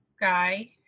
guy